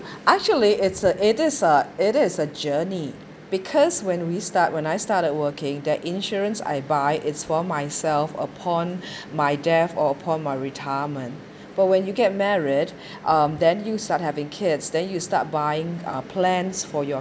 actually it's a it is a it is a journey because when we start when I started working the insurance I buy is for myself upon my death or upon my retirement but when you get married um then you start having kids then you start buying uh plans for your